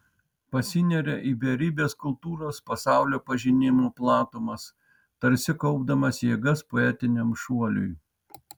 pasineria į beribes kultūros pasaulio pažinimo platumas tarsi kaupdamas jėgas poetiniam šuoliui